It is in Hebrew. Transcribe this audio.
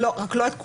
רק לא את כולם.